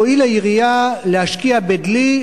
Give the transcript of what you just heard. תואיל העירייה להשקיע בדלי,